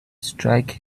strike